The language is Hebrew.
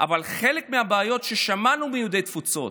אבל חלק מהבעיות ששמענו מיהודי התפוצות,